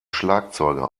schlagzeuger